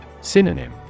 Synonym